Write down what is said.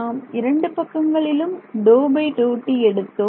நாம் இரண்டு பக்கங்களிலும் எடுத்தோம்